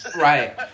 Right